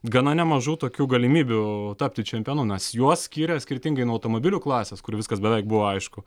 gana nemažų tokių galimybių tapti čempionu nes juos skiria skirtingai nuo automobilių klasės kur viskas beveik buvo aišku